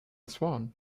swan